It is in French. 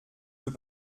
veux